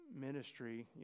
ministry